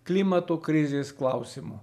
klimato krizės klausimu